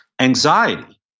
anxiety